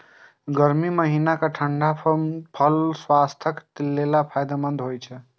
गर्मी महीनाक ठंढा फल स्वास्थ्यक लेल फायदेमंद होइ छै